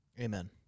amen